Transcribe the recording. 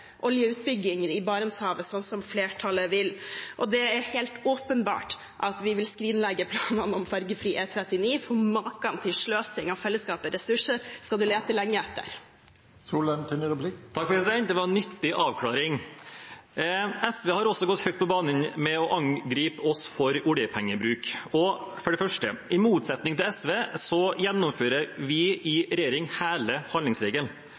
i Barentshavet, slik som flertallet vil. Det er helt åpenbart at vi vil skrinlegge planene for en fergefri E39, for maken til sløsing med fellesskapets ressurser skal man lete lenge etter. Det var en nyttig avklaring. SV har også gått høyt på banen med å angripe oss for oljepengebruk. For det første: I motsetning til SV gjennomfører vi i regjering hele handlingsregelen,